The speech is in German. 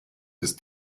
ist